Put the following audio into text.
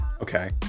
Okay